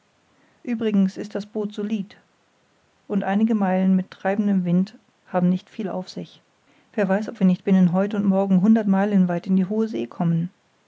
uebrigens ist das boot solid und einige meilen mit treibendem wind haben nicht viel auf sich wer weiß ob wir nicht binnen heut und morgen hundert meilen weit in die hohe see kommen